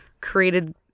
created